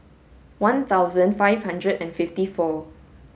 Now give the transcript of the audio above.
one thousand five hundred and fifty four